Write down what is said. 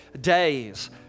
days